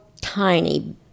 tiny